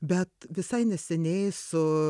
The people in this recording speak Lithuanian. bet visai neseniai su